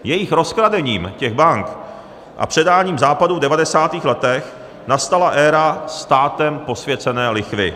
Jejich rozkradením, těch bank, a předáním Západu v devadesátých letech nastala éra státem posvěcené lichvy.